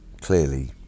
clearly